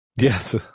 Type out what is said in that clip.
Yes